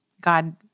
God